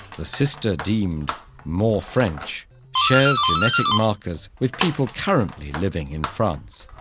the sister deemed more french shares genetic markers with people currently living in france.